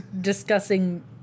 discussing